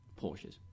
Porsches